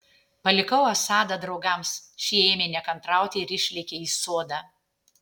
palikau asadą draugams šie ėmė nekantrauti ir išlėkė į sodą